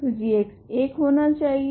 तो g 1 होना चाहिए